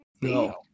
No